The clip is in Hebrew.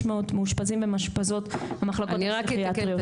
מאושפזים ומאושפזות במחלקות הפסיכיאטריות.